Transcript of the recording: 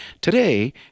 today